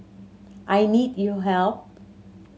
I need you help